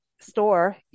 store